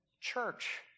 Church